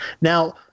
Now